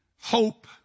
Hope